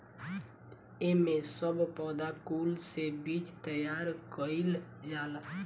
एमे सब पौधा कुल से बीज तैयार कइल जाला